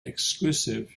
exclusive